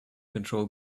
control